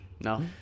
No